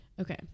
okay